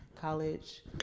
college